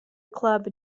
club